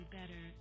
better